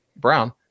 Brown